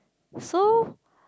so